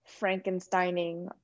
Frankensteining